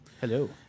Hello